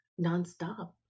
nonstop